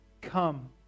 Come